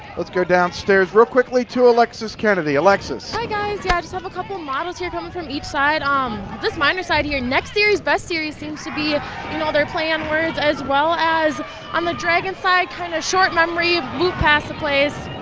let's go downstairs really quickly to alexis kennedy, alexis. hi guys, yeah just have a couple of models coming here um from each side. um this miner side here, next series, best series seems to be ah and their play on words as well as on the dragons side, kinda short memory, and loot past the plays,